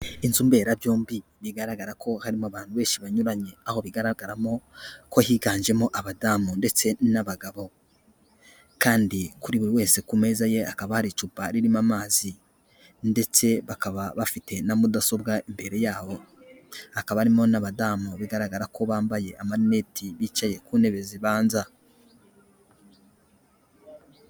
Inzu mberabyombi bigaragara ko harimo abantu benshi banyuranye, aho bigaragaramo ko higanjemo abadamu ndetse n'abagabo kandi kuri buri umwe wese ku meza ye hakaba hari icupa ririmo amazi ndetse bakaba bafite na mudasobwa imbere yabo. Hakaba harimo n'abadamu bigaragara ko bambaye amarineti bicaye ku ntebe zibanza.